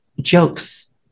Jokes